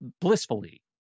blissfully